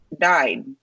died